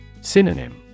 Synonym